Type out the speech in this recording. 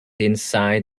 inside